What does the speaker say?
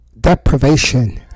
deprivation